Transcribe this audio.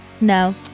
No